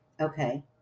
Okay